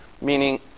meaning